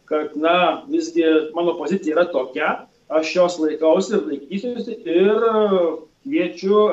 kad na visgi mano pozicija yra tokia aš jos laikausi ir laikysiuosi ir kviečiu